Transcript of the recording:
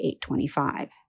825